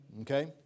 okay